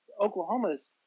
Oklahoma's